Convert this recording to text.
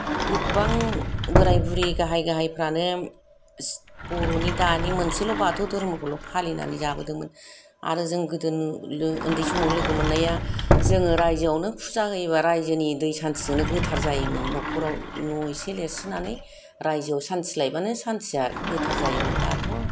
गोबां बोराय बुरि गाहाय गाहायफोरानो बर'नि दानि मोनसेल' बाथौ धर्मखौल' फालिनानै जाबोदोंमोन आरो जों गोदो नुनाय उन्दै समाव लोगो मोन्नाया जोङो रायजोआवनो फुजा होयो बा रायजोनि दै सान्थि जोंनो गोथार जायोमोन न'खराव न इसे लिरसेनानै रायजोआव सान्थि लायबानो सान्थिया गोथार जायोमोन दाथ'